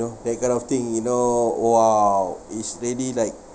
know that kind of thing you know !wow! is really like